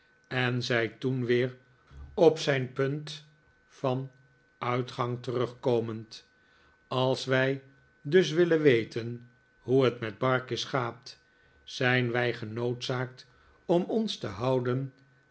en zei toen weer op zijn punt van uitgang terugkomend als wij dus willen weten hoe het met barkis gaat zijn wij genoodzaakt om ons te houden